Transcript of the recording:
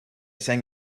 sang